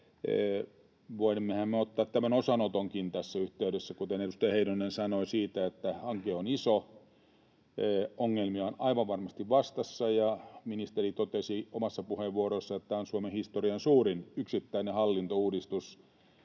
me ottaa tämän osanotonkin tässä yhteydessä siitä, kuten edustaja Heinonen sanoi, että hanke on iso. Ongelmia on aivan varmasti vastassa, ja ministeri totesi omassa puheenvuorossaan, että tämä on Suomen historian suurin yksittäinen hallintouudistus.